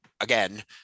again